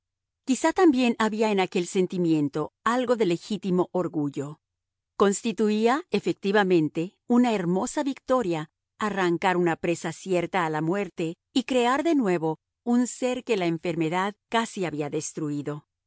quizá también había en aquel sentimiento algo de legítimo orgullo constituía efectivamente una hermosa victoria arrancar una presa cierta a la muerte y crear de nuevo un ser que la enfermedad casi había destruido